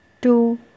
two